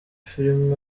film